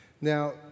Now